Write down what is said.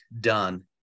done